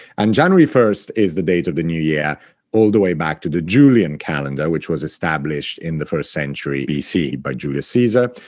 and january one is the date of the new year all the way back to the julian calendar, which was established in the first century bc by julius caesar,